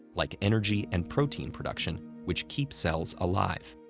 like energy and protein production, which keep cells alive.